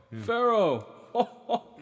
Pharaoh